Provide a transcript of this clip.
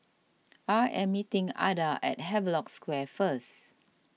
I am meeting Adda at Havelock Square first